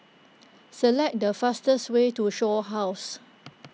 select the fastest way to Shaw House